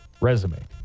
resume